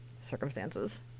circumstances